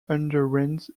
underwent